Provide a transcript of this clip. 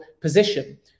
position